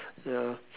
ya